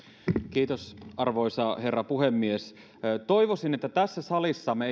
arvoisa herra puhemies toivoisin että tässä salissa emme